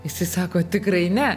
jisai sako tikrai ne